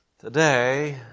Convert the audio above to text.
Today